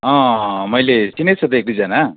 अँ मैले चिनेक छु त एक दुईजना